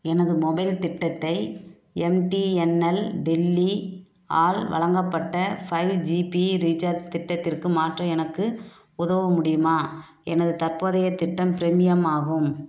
எனது மொபைல் திட்டத்தை எம்டிஎன்எல் டெல்லி ஆல் வழங்கப்பட்ட ஃபைவ் ஜிபி ரீசார்ஜ் திட்டத்திற்கு மாற்ற எனக்கு உதவ முடியுமா எனது தற்போதைய திட்டம் பிரீமியம் ஆகும்